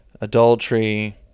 adultery